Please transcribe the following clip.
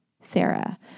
Sarah